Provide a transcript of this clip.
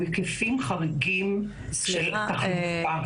הוא היקפים חריגים של תחלואה.